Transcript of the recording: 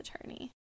attorney